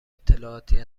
اطلاعاتی